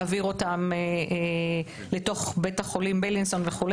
להעביר אותם לתוך בית החולים בלינסון וכו',